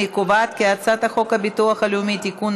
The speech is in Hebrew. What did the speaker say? אני קובעת כי הצעת חוק הביטוח הלאומי (תיקון,